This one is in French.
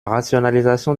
rationalisation